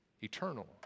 eternal